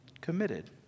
committed